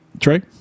Trey